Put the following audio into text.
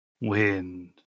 wind